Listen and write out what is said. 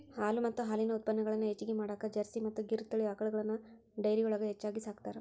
ಹಾಲು ಮತ್ತ ಹಾಲಿನ ಉತ್ಪನಗಳನ್ನ ಹೆಚ್ಚಗಿ ಮಾಡಾಕ ಜರ್ಸಿ ಮತ್ತ್ ಗಿರ್ ತಳಿ ಆಕಳಗಳನ್ನ ಡೈರಿಯೊಳಗ ಹೆಚ್ಚಾಗಿ ಸಾಕ್ತಾರ